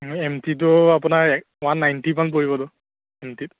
M টিতো আপোনাৰ one নাইণ্টিমান পৰিবতো এন টিত